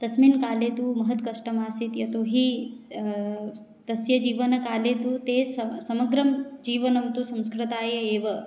तस्मिन् काले तु महत्कष्टमासीत् यतोहि तस्य जीवनकाले तु ते सं समग्रं जीवनं तु संस्कृताय एव